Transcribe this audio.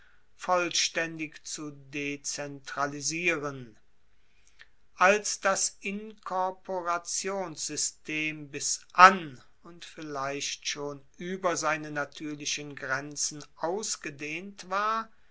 vollstaendig zu dezentralisieren als das inkorporationssystem bis an und vielleicht schon ueber seine natuerlichen grenzen ausgedehnt war